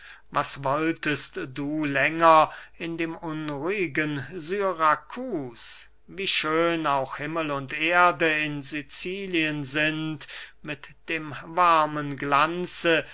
was wolltest du länger in dem unruhigen syrakus wie schön auch himmel und erde in sicilien sind mit dem warmen glanze